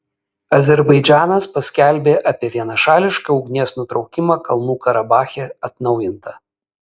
azerbaidžanas paskelbė apie vienašališką ugnies nutraukimą kalnų karabache atnaujinta